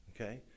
Okay